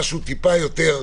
למשהו טיפה יותר מאוזן.